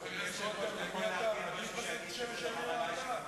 חבר הכנסת רותם,